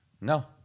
No